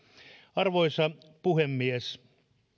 arvoisa puhemies